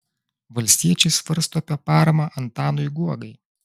valstiečiai svarsto apie paramą antanui guogai